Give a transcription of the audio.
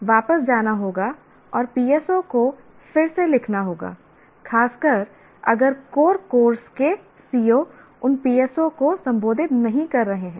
तो वापस जाना होगा और PSO को फिर से लिखना होगा खासकर अगर कोर कोर्स के CO उन PSO को संबोधित नहीं कर रहे हैं